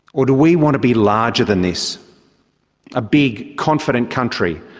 or do we want to be larger than this a big, confident country,